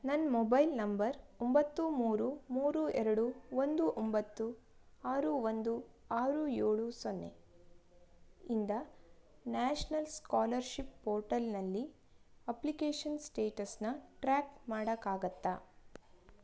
ನನ್ನ mobile number ಒಂಬತ್ತು ಮೂರು ಮೂರು ಎರಡು ಒಂದು ಒಂಬತ್ತು ಆರು ಒಂದು ಆರು ಏಳು ಸೊನ್ನೆ ಇಂದ ನ್ಯಾಷನಲ್ ಸ್ಕಾಲರ್ಶಿಪ್ ಪೋರ್ಟಲ್ನಲ್ಲಿ ಅಪ್ಲಿಕೇಷನ್ ಸ್ಟೇಟಸನ್ನ ಟ್ರ್ಯಾಕ್ ಮಾಡೋಕ್ಕಾಗತ್ತಾ